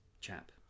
chap